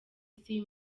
isi